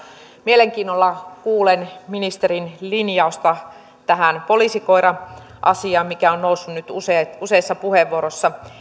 mielenkiinnolla kuulen ministerin linjausta tähän poliisikoira asiaan mikä on noussut nyt useissa puheenvuoroissa